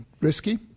risky